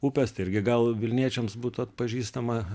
upės tai irgi gal vilniečiams būtų atpažįstama